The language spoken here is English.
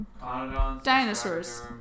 dinosaurs